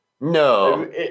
No